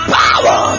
power